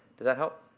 does that help?